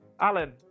Alan